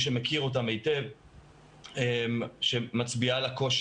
שמכיר אותם היטב שמצביעה על הקושי.